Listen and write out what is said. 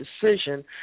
decision